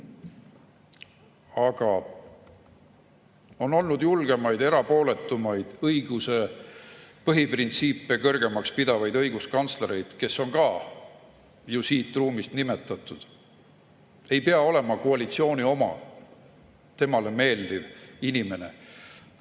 Aga on olnud julgemaid, erapooletumaid, õiguse põhiprintsiipe kõrgemaks pidavaid õiguskantslereid, kes on ka ju siit ruumist nimetatud. Ei pea olema koalitsiooni oma, temale meeldiv inimene.